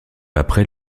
après